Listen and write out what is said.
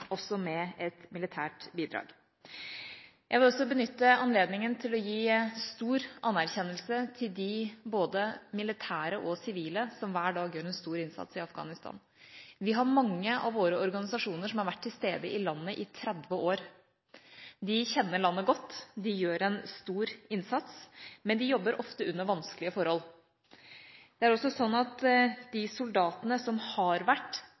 også med et militært bidrag. Jeg vil også benytte anledningen til å gi stor anerkjennelse til dem – både militære og sivile – som hver dag gjør en stor innsats i Afghanistan. Vi har mange av våre organisasjoner som har vært til stede i landet i 30 år. De kjenner landet godt. De gjør en stor innsats, men de jobber ofte under vanskelige forhold. Det er også slik at de soldatene som har vært,